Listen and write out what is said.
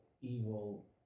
evil